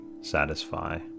satisfy